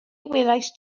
welaist